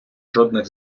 жодних